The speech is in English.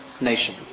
nation